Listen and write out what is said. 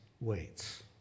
waits